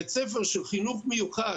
בית-ספר של חינוך מיוחד,